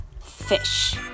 fish